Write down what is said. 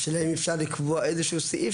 השאלה אם אפשר לקבוע איזשהו סעיף